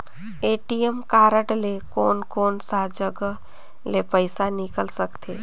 ATM card ले कोन कोन सा जगह ले पइसा निकाल सकथे?